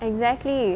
exactly